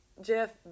Jeff